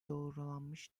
doğrulanmış